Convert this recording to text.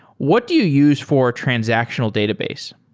what do you use for transactional database?